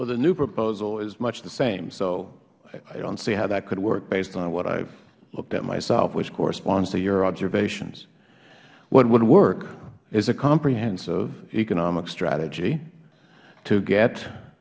taylor the new proposal is much the same so i don't see how that could work based on what i have looked at myself which corresponds to your observations what would work is a comprehensive economic strategy to